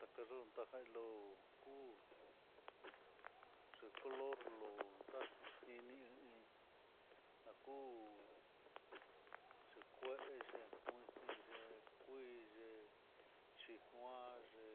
Takarlon ta kuu c olor lonta, jini hí kuu c e c inx kuiiye, x anye,